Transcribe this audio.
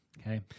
okay